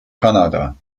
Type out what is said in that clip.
kanada